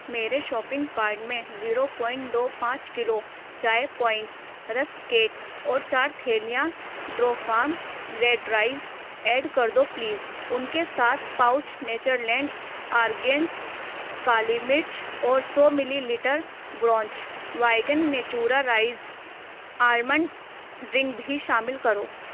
میرے shopping card میں zero point دو پانچ کلو چائے پوائنٹ رسک کیک اور چار تھیلیاں drew farm red rice add کر دو پلیز ان کے ساتھ پاؤچ نیچر لینڈ آرگینس کالی مرچ اور سو millilitre brunch vegan natura rice almond drink بھی شامل کرو